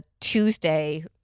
Tuesday